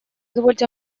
позвольте